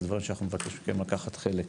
זה דברים שנבקש מכם לקחת חלק.